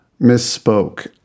misspoke